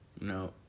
No